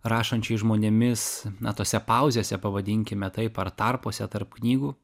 rašančiais žmonėmis na tose pauzėse pavadinkime taip ar tarpuose tarp knygų